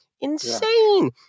Insane